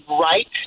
right